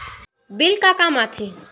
Bill का काम आ थे?